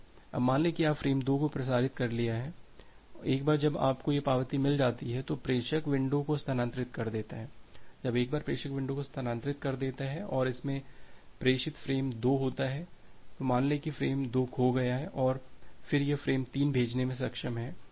अब मान लें कि आपने फ़्रेम 2 को प्रसारित कर लिया है एक बार जब आपको यह पावती मिल जाती है तो प्रेषक विंडो को स्थानांतरित कर देता है जब एक बार प्रेषक विंडो को स्थानांतरित कर देता है और इसमें प्रेषित फ़्रेम 2 होता है मान लें कि फ्रेम 2 खो गया है और फिर यह फ़्रेम 3 भेजने में सक्षम है